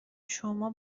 شما